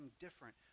different